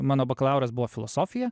mano bakalauras buvo filosofija